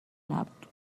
نبود